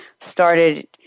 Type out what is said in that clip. started –